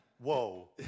Whoa